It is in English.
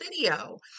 video